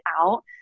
out